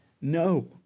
no